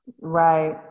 Right